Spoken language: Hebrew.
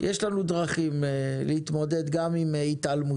יש לנו דרכים להתמודד גם עם התעלמות.